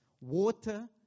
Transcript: Water